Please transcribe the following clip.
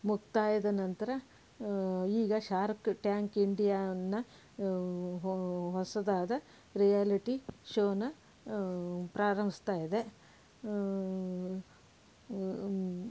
ಮುಕ್ತಾಯದ ನಂತರ ಈಗ ಶಾರ್ಕ್ ಟ್ಯಾಂಕ್ ಇಂಡಿಯಾ ಅನ್ನೋ ಹೊಸದಾದ ರಿಯಾಲಿಟಿ ಶೋನ ಪ್ರಾರಂಭಿಸ್ತಾ ಇದೆ